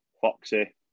Foxy